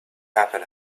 happen